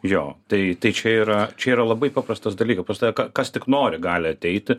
jo tai čia yra čia yra labai paprastas dalykas pas tave kas tik nori gali ateiti